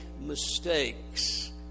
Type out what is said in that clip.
mistakes